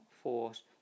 force